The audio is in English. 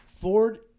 Ford